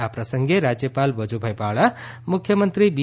આ પ્રસંગે રાજ્યપાલ વજુભાઈ વાળા મુખ્યમંત્રી બી